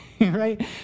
Right